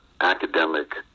academic